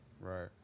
right